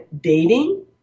dating